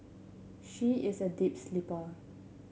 she is a deep sleeper